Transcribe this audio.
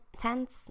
tense